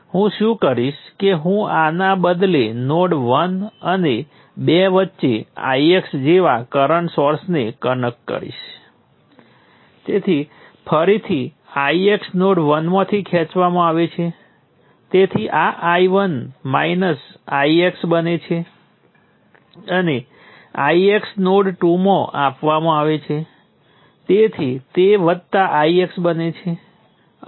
તેથી બે સમીકરણોને બદલે મારી પાસે બંને નોડ 1 અને 2 માટે ફક્ત એક જ છે પરંતુ મારી પાસે વોલ્ટેજ સ્રોતનો અંકુશ છે જેથી તે મને દૂર થયેલ સમીકરણ આપે છે મતલબ કે મેં 1 સમીકરણ ગુમાવ્યું છે કારણ કે મેં નોડ 1 અને 2 માટેનાં KCL સમીકરણને ઉમેર્યા છે બીજી બાજુ હું પણ જાણું છું કે આ V0 V1 અને V2 ને અંકુશ કરશે તેનો અર્થ એ કે V1 ઓછા V2 ની બરાબર V0